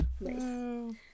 Nice